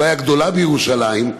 אולי הגדולה בירושלים,